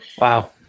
wow